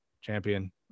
champion